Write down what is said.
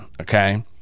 okay